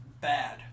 bad